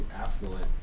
affluent